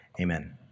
amen